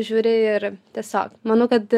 žiūri ir tiesiog manau kad